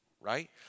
right